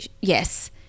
yes